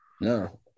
No